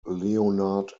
leonard